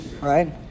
right